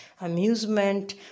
amusement